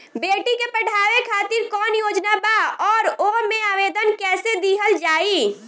बेटी के पढ़ावें खातिर कौन योजना बा और ओ मे आवेदन कैसे दिहल जायी?